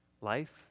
life